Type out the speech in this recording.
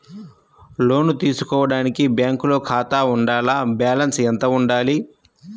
లోను తీసుకోవడానికి బ్యాంకులో ఖాతా ఉండాల? బాలన్స్ ఎంత వుండాలి?